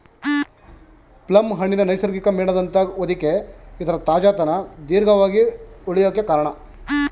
plum ಹಣ್ಣಿನ ನೈಸರ್ಗಿಕ ಮೇಣದಂಥ ಹೊದಿಕೆ ಇದರ ತಾಜಾತನ ದೀರ್ಘವಾಗಿ ಉಳ್ಯೋಕೆ ಕಾರ್ಣ